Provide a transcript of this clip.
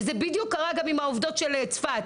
וזה בדיוק קרה גם עם העובדות של "צפת",